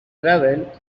gravel